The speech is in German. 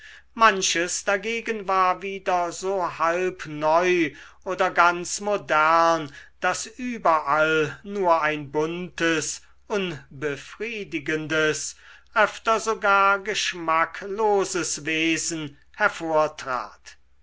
manches dagegen war wieder so halb neu oder ganz modern daß überall nur ein buntes unbefriedigendes öfter sogar geschmackloses wesen hervortrat